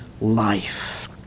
life